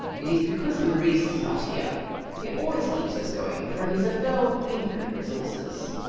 it is because maurice is not here he always keeps us going, for he is a fellow of infinite resources,